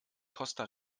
costa